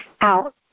out